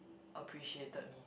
appreciated me